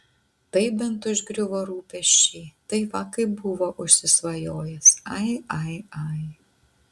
tai bent užgriuvo rūpesčiai tai va kaip buvo užsisvajojęs ai ai ai